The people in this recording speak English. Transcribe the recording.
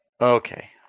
Okay